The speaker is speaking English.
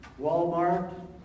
Walmart